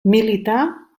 milità